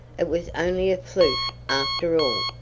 it was only a fluke after all,